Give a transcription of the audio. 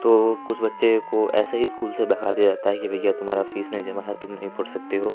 तो कुछ बच्चे को ऐसे ही स्कूल से भगा दिया जाता है कि भैया तुम्हारा फ़ीस नहीं जमा है तुम नहीं पढ़ सकते हो